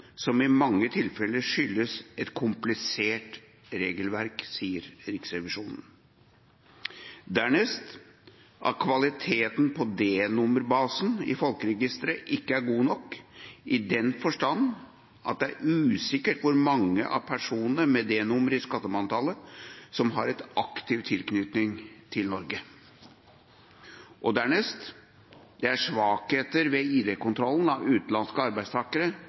som i mange tilfeller skyldes et komplisert regelverk. Kvaliteten på D-nummerbasen i folkeregisteret er ikke god nok i den forstand at det er usikkert hvor mange av personene med D-nummer i skattemanntallet som har en aktiv tilknytning til Norge. Det er svakheter ved ID-kontrollen av utenlandske arbeidstakere